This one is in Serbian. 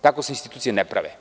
Tako se institucije ne prave.